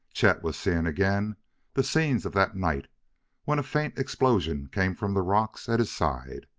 chet was seeing again the scenes of that night when a faint explosion came from the rocks at his side.